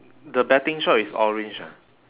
the betting shop is orange ah